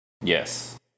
Yes